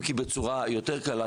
אם כי בצורה יותר קלה,